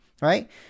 right